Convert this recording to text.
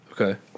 Okay